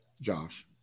Josh